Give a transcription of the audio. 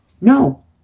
No